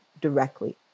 directly